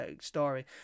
story